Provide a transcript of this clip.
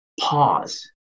pause